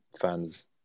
fans